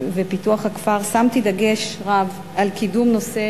ופיתוח הכפר שמתי דגש רב על קידום נושא